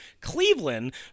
Cleveland